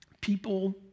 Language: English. people